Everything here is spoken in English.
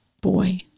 boy